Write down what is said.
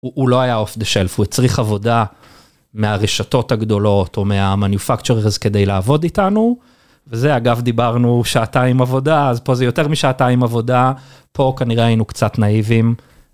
הוא לא היה עוף דה שלף הוא צריך עבודה מהרשתות הגדולות ומהmanufacturer כדי לעבוד איתנו וזה אגב דיברנו שעתיים עבודה אז פה זה יותר משעתיים עבודה פה כנראה היינו קצת נאיבים.